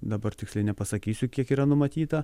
dabar tiksliai nepasakysiu kiek yra numatyta